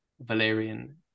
Valerian